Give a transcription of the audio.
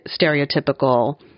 stereotypical